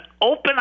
open